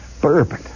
bourbon